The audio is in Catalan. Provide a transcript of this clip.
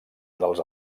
dels